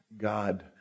God